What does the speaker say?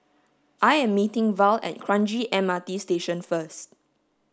I am meeting Val at Kranji M R T Station first